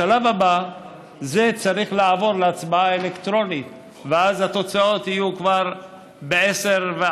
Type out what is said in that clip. בשלב הבא זה צריך לעבור להצבעה אלקטרונית ואז התוצאות יהיו כבר ב-22:10